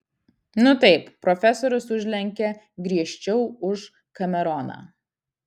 nu taip profesorius užlenkė griežčiau už kameroną